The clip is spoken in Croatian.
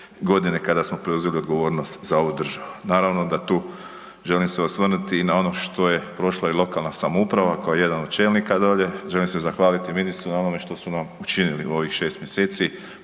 g. kada smo preuzeli odgovornost za ovu državu. Naravno da tu želim se osvrnuti i na ono što je prošla i lokalna samouprava, kao jedan od čelnika dolje, želim se zahvaliti ministru na onome što su nam učinili u ovih 6 mjeseci,